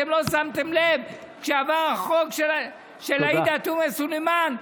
אתם לא שמתם לב, כשעבר החוק של עאידה תומא סלימאן,